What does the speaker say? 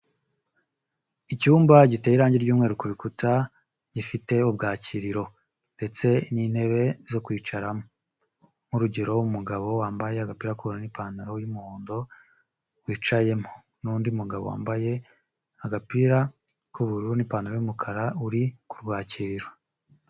Icyumba giteye irange ry'umweru ku bikuta gifite ubwakiriro ndetse n'intebe zo kwicaramo, nk'urugero umugabo wambaye agapira k'ubururu n'ipantaro y'umuhondo wicayemo, n'undi mugabo wambaye agapira k'ubururu n'ipantaro y'umukara uri kurwakiriro.